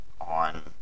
on